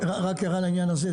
רק הערה לעניין הזה.